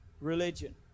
religion